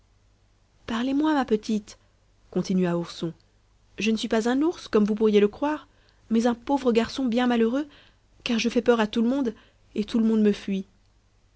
parlez-moi ma petite continua ourson je ne suis pas un ours comme vous pourriez le croire mais un pauvre garçon bien malheureux car je fais peur à tout le monde et tout le monde me fuit